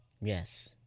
Yes